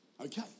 Okay